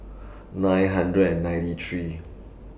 nine hundred and ninety three